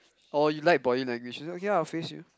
oh you like body language it's okay I'll face you